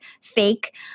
fake